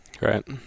Right